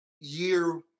year